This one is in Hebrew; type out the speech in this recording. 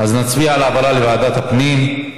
אז נצביע על העברה לוועדת הפנים.